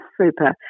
super